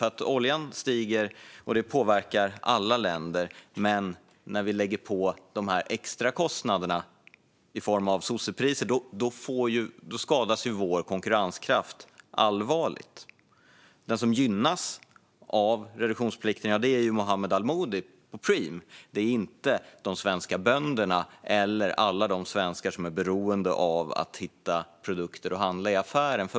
Oljan stiger, och det påverkar alla länder, men när vi lägger på de här extra kostnaderna i form av sossepriser skadas vår konkurrenskraft allvarligt. Den som gynnas av reduktionsplikten är Mohammed al-Amoudi på Preem. Det är inte de svenska bönderna eller alla de svenskar som är beroende av att hitta produkter att handla i affären.